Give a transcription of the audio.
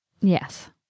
Yes